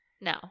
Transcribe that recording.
No